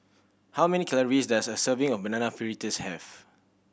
how many calories does a serving of Banana Fritters have